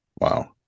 Wow